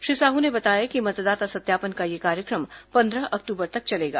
श्री साह ने बताया कि मतदाता सत्यापन का यह कार्यक्रम पंद्रह अक्टूबर तक चलेगा